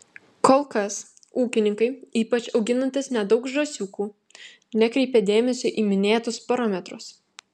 kol kas ūkininkai ypač auginantys nedaug žąsiukų nekreipia dėmesio į minėtus parametrus